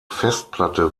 festplatte